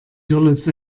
görlitz